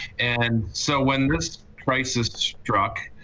and so when this crisis struck,